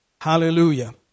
Hallelujah